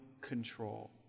control